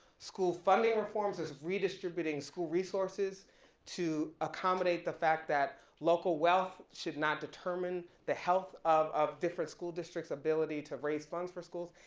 school funding reforms is redistributing school resources to accommodate the fact that local wealth should not determine the health of different school districts ability to raise funds for schools,